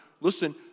listen